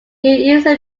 use